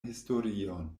historion